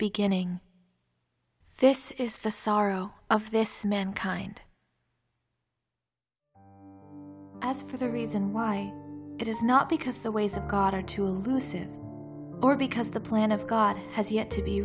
beginning this is the sorrow of this mankind as for the reason why it is not because the ways of god are to loosen or because the plan of god has yet to be